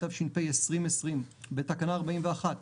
התש"ף-2020 בתקנה 41,